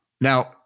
Now